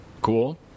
Cool